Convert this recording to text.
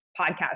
podcast